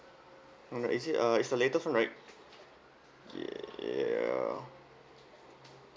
mm is it uh is the latest one right ya ya